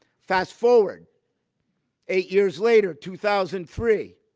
fast forward eight years later, two thousand three.